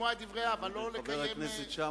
ולשמוע את הדברים, אבל לא לקיים, חבר הכנסת שאמה,